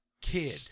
kid